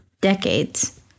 decades